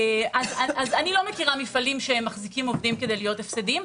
אני לא מכירה מפעלים שמחזיקים עובדים כדי להיות הפסדיים,